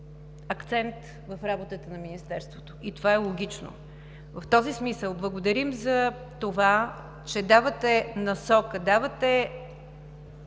акцент в работата на Министерството и това е логично. В този смисъл Ви благодарим за това, че давате сигнал, че